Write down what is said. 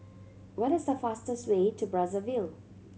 what is the fastest way to Brazzaville